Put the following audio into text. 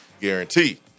guarantee